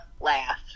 laugh